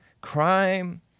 crime